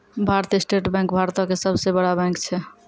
भारतीय state bank भारतो के सभ से बड़ा बैंक छै